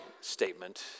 statement